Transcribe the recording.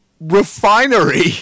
refinery